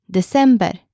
December